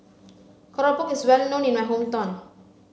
Keropok is well known in my hometown